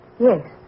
Yes